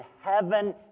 heaven